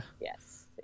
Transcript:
Yes